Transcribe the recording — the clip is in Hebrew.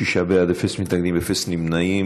שישה בעד, אפס מתנגדים, אפס נמנעים.